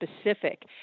specific